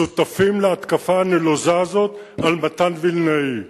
שותפים להתקפה הנלוזה הזאת על מתן וילנאי.